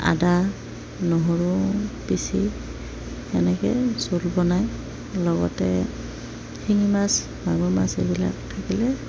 আদা নহৰু পিচি তেনেকৈ জোল বনায় লগতে শিঙি মাছ মাগুৰ মাছ এইবিলাক থাকিলে